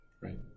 Right